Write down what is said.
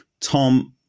tom